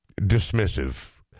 dismissive